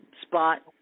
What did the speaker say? spot